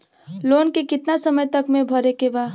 Loan के कितना समय तक मे भरे के बा?